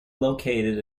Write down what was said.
located